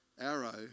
arrow